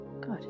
Good